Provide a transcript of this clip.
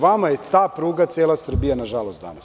Vama je ta pruga cela Srbija nažalost danas.